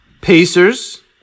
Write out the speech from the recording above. Pacers